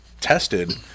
tested